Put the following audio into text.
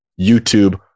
YouTube